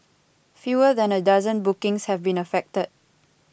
fewer than a dozen bookings have been affected